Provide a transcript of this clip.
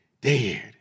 dead